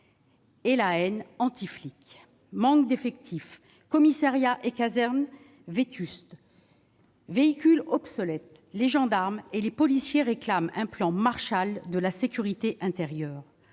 et haine « anti-flic ». Manque d'effectifs, commissariats et casernes vétustes, véhicules obsolètes : les gendarmes et les policiers réclament un plan Marshall de la sécurité intérieure.